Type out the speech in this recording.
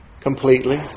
completely